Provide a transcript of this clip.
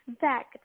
back